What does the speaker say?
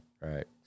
right